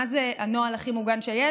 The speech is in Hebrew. מה זה "הנוהל הכי מוגן שיש"?